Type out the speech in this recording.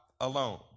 alone